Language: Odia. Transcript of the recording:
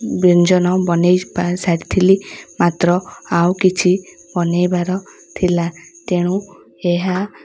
ବ୍ୟଞ୍ଜନ ବନେଇ ସାରିଥିଲି ମାତ୍ର ଆଉ କିଛି ବନେଇବାର ଥିଲା ତେଣୁ ଏହା